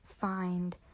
find